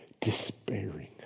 despairing